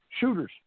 Shooters